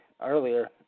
earlier